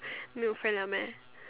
没有 friend liao meh